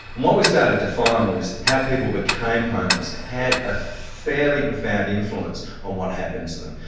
and what we started to find was how people became homeless had a fairly profound influence on what happened to them.